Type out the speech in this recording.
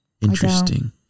Interesting